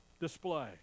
display